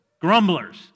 grumblers